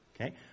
Okay